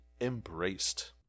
embraced